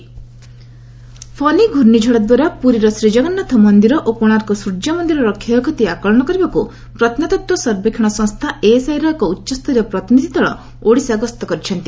ASI team Odisha Fani ୍ରାର୍ଷ୍ଣିଝଡ଼ଦ୍ୱାରା ପୁରୀର ଶ୍ରୀକଗନ୍ନାଥ ମନ୍ଦିର ଓ କୋଶାର୍କ ସ୍ୱର୍ଯ୍ୟ ମନ୍ଦିରର କ୍ଷୟକ୍ଷତି ଆକଳନ କରିବାକୁ ପ୍ରତ୍ନତତ୍ତ୍ୱ ସର୍ବେକ୍ଷଣ ସଂସ୍ଥା ଏଏସ୍ଆଇର ଏକ ଉଚ୍ଚସ୍ତରୀୟ ପ୍ରତିନିଧି ଦଳ ଓଡ଼ିଶା ଗସ୍ତ କରିଛନ୍ତି